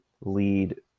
lead